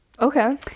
okay